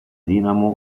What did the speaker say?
dinamo